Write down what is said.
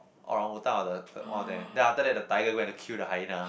orangutan or the the one of them then like the tiger when to kill the hyena